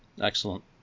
Excellent